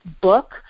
book